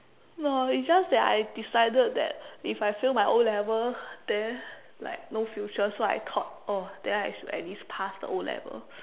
no it's just that I decided that if I fail my O-level then like no future so I thought oh then I should at least pass the O-level